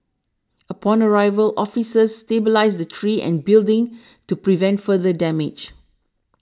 upon arrival officers stabilised the tree and building to prevent further damage